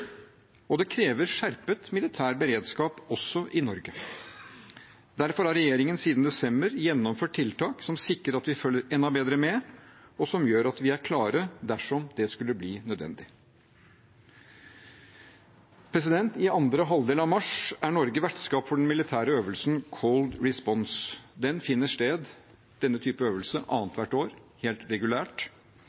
og det krever skjerpet militær beredskap også i Norge. Derfor har regjeringen siden desember gjennomført tiltak som sikrer at vi følger enda bedre med, og som gjør at vi er klare dersom det skulle bli nødvendig. I andre halvdel av mars er Norge vertskap for den militære øvelsen Cold Response. Denne typen øvelse finner sted annethvert år, helt regulært.